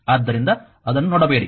ಆದ್ದರಿಂದ ಅದನ್ನು ನೋಡಬೇಡಿ